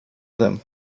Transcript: them